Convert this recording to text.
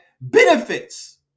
benefits